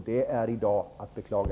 Det är att beklaga.